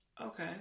Okay